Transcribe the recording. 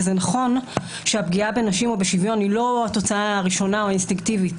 וזה נכון שהפגיעה בנשים ובשוויון היא לא התוצאה הראשונה או האינסטינקטיבית